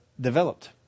developed